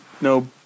no